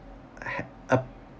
uh